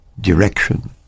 direction